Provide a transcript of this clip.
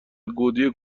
گودی